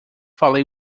fale